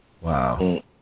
Wow